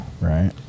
right